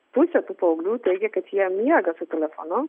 pusė tų paauglių teigia kad jie miega su telefonu